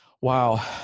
Wow